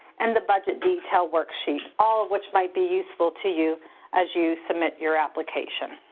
and the budget detail worksheet, all of which might be useful to you as you submit your application.